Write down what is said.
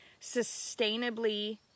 sustainably